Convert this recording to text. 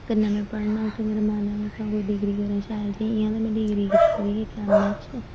कन्नै मै पढ़ना उत्थां मेरा मन ऐ मै उत्थां कोई डिग्री करा शैल जेही इ'यां ते मै डिग्री कीती दी एम एच